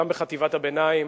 שגם בחטיבת הביניים